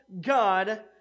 God